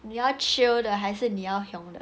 你要 chill 的还是你要 hiong 的